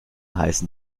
heißen